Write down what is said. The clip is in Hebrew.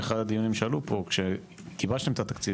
באחד הדיונים שהיו פה כשגיבשנו את התקציב